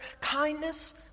Kindness